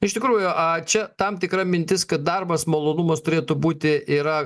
iš tikrųjų a čia tam tikra mintis kad darbas malonumas turėtų būti yra